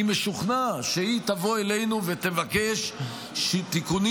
אני משוכנע שהיא תבוא אלינו ותבקש תיקונים